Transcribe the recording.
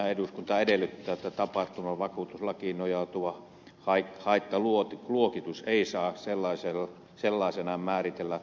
eduskunta edellyttää että tapaturmavakuutuslakiin nojautuva haittaluokitus ei saa sellaisenaan määritellä vammaispalvelujen ja etuuksien saantia